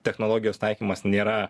technologijos taikymas nėra